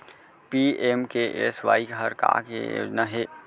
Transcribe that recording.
PMKSY हर का के योजना हे?